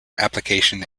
application